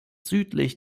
südlich